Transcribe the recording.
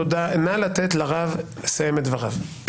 נא לתת לרב לסיים את דבריו.